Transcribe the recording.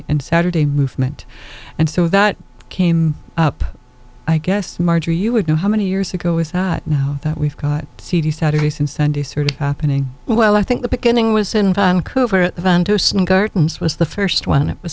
and saturday movement and so that came up i guess marjorie you would know how many years ago is that now that we've got cd saturdays and sundays sort of happening well i think the beginning was in vancouver gardens was the first one it was